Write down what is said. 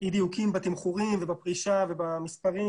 אי דיוקים בתמחורים ובפרישה ובמספרים,